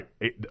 right